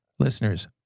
Listeners